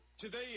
Today